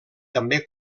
també